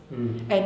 mm